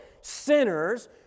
sinners